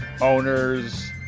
owners